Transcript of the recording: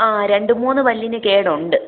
ആ രണ്ടു മൂന്ന് പല്ലിന് കേടുണ്ട്